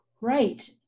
Right